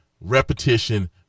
repetition